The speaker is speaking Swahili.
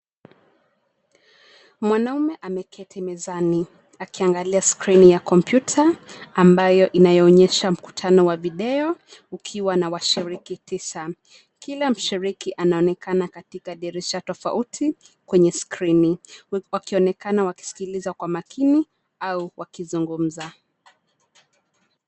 Mwanaume ameketi mezani, akiangalia skrini ya kompyuta, ambayo inayoonyesha mkutano wa video , ukiwa na washiriki tisa, kila mshiriki anaonekana katika dirisha tofauti, kwenye skrini, wakionekana wakisikiliza kwa makini, au wakizungumza.